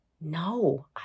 No